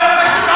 אבל אתה גזען.